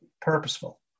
purposeful